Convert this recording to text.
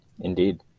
Indeed